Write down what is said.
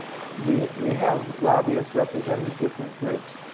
we we have lobbyists representing different groups.